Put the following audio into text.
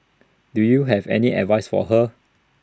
do you have any advice for her